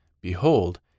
behold